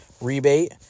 rebate